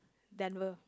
Denver